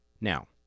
Now